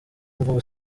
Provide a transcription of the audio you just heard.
imvugo